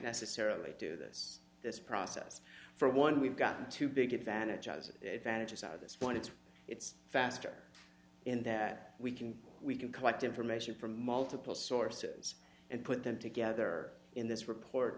necessarily do this this process for one we've gotten too big advantage as that it is out of this point it's it's faster in that we can we can collect information from multiple sources and put them together in this report